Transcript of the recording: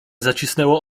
zacisnęło